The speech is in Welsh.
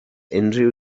unrhyw